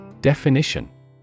Definition